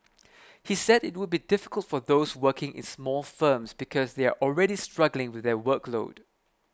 he said it would be difficult for those working is small firms because they are already struggling with their workload